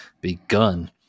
begun